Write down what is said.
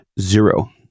Zero